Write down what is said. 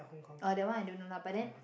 oh that one I don't know lah but then